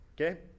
okay